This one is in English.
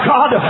God